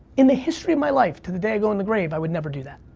in the history of my life, to the day i go in the grave, i would never do that.